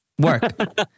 Work